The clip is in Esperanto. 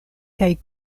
kaj